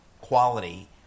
quality